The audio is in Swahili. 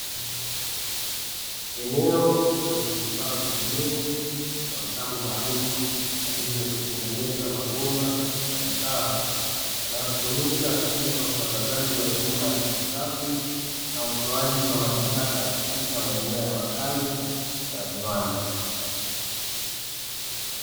Eneo lenye vifaa vya ujenzi na mtambo maalumu , kwaajili ya kutengeneza mabomba na mitaro, yanayotumika katika usambazaji wa huduma ya maji safi, na utoaji wa maji taka , katika maeneo ya makazi na viwanda.